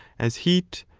as heat,